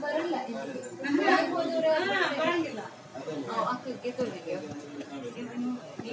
ಬರೋಲ್ಲ ಇವತ್ತು ಬರೋಂಗಿಲ್ಲ